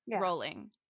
rolling